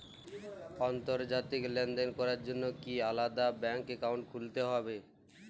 আন্তর্জাতিক লেনদেন করার জন্য কি আলাদা ব্যাংক অ্যাকাউন্ট খুলতে হবে?